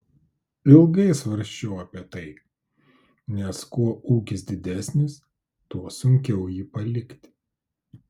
ilgai svarsčiau apie tai nes kuo ūkis didesnis tuo sunkiau jį palikti